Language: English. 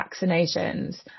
vaccinations